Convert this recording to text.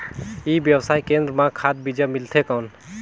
ई व्यवसाय केंद्र मां खाद बीजा मिलथे कौन?